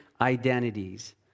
identities